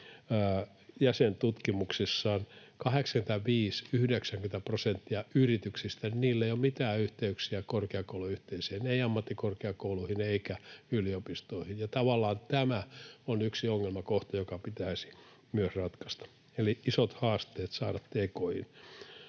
jäsentutkimuksissaan 85—90 prosentilla yrityksistä ei ole mitään yhteyksiä korkeakouluyhteisöön, ei ammattikorkeakouluihin eikä yliopistoihin. Tavallaan tämä on yksi ongelmakohta, joka pitäisi myös ratkaista, eli isot haasteet saada